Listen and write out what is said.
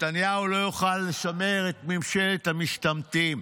נתניהו לא יכול לשמר את ממשלת המשתמטים.